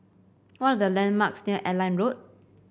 what are the landmarks near Airline Road